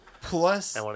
Plus